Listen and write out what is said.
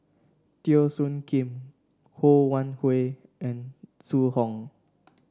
Teo Soon Kim Ho Wan Hui and Zhu Hong